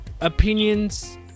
opinions